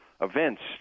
events